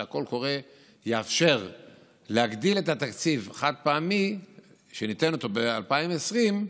שהקול הקורא יאפשר להגדיל את התקציב שניתן ב-2020 חד-פעמית,